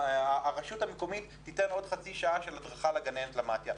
שהרשות המקומית תיתן עוד חצי שעה של הדרכה לגננת מתי"א.